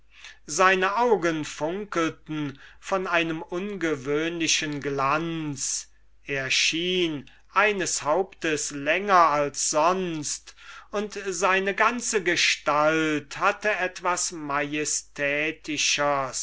seine augen funkelten von einem ungewöhnlichen glanz er schien eines haupts länger als sonst und seine ganze gestalt hatte etwas majestätischers